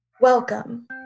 Welcome